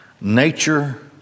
nature